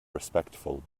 respectful